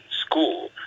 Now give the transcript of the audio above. school